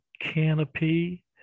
Canopy